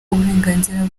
uburenganzira